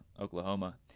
Oklahoma